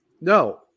no